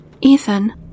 Ethan